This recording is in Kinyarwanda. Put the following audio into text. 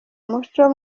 muco